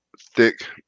thick